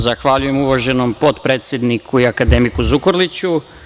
Zahvaljujem uvaženi potpredsedniku i akademiku Zukorliću.